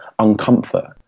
uncomfort